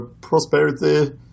prosperity